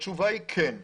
התשובה היא כן.